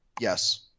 Yes